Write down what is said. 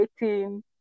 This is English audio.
waiting